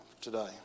today